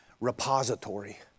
repository